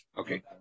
Okay